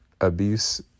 abuse